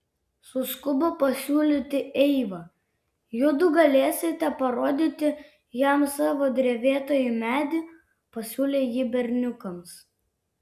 suskubo pasiūlyti eiva judu galėsite parodyti jam savo drevėtąjį medį pasiūlė ji berniukams